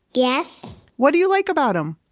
yes what do you like about them?